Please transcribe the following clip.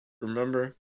remember